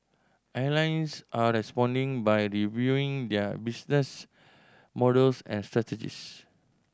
airlines are responding by the reviewing their business models and strategies